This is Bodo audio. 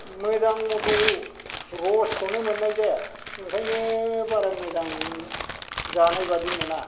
मोजां मथ' रसखौनो मोननाय जाया ओंखायनो बारा मोजां जानाय बायदि मोना